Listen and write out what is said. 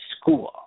school